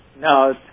No